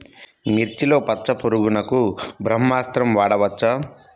మిర్చిలో పచ్చ పురుగునకు బ్రహ్మాస్త్రం వాడవచ్చా?